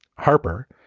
harper,